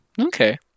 Okay